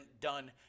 done